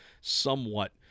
somewhat